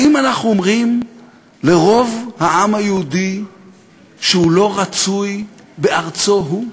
האם אנחנו אומרים לרוב העם היהודי שהוא לא רצוי בארצו-שלו?